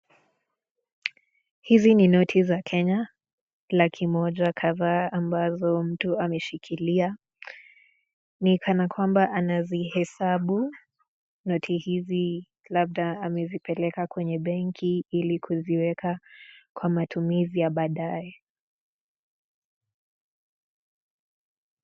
Hizi ni noti za Kenya laki moja kadhaa ambazo mtu ameshikilia nikana kwamba anazihesabu noti hizi labda amezipeleka kwenye benki ili kuziweka kwa matumizi ya baadaye.